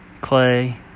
Clay